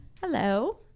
Hello